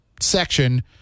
Section